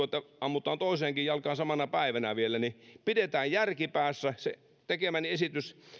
että ammutaan toiseenkin jalkaan samana päivänä vielä pidetään järki päässä se tekemäni esitys